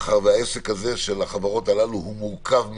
מאחר והעסק של החברות הללו הוא מורכב מאוד,